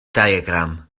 diagram